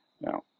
now